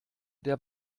der